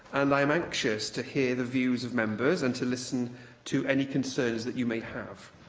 and i'm anxious to hear the views of members and to listen to any concerns that you may have.